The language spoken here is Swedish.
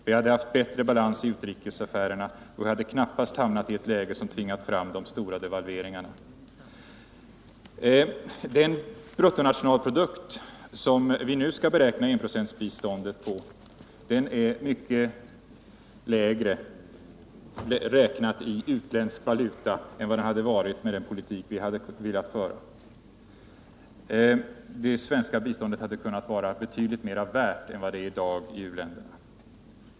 Vi hade haft bättre balans i utrikesaffärerna, och vi hade knappast hamnat i ett läge som tvingat fram de stora devalveringarna. Den bruttonationalprodukt som vi nu skall beräkna enprocentsbiståndet på är mycket lägre, beräknat i utländsk valuta, än den hade varit med den politik vi socialdemokrater hade velat föra. Det svenska biståndet hade kunnat vara betydligt mer värt än det är i dag i u-länderna.